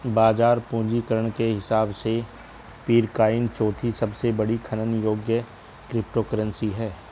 बाजार पूंजीकरण के हिसाब से पीरकॉइन चौथी सबसे बड़ी खनन योग्य क्रिप्टोकरेंसी है